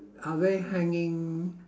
are they hanging